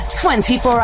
24